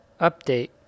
update